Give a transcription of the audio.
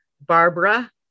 Barbara